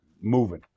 moving